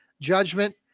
judgment